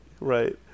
Right